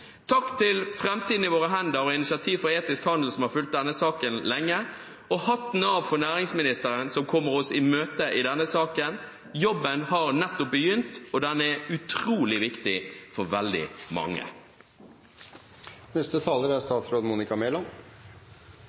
Takk til Framtiden i våre hender og Initiativ for etisk handel som har fulgt denne saken lenge, og hatten av for næringsministeren, som kommer oss i møte i denne saken. Jobben har nettopp begynt, og den er utrolig viktig for veldig mange.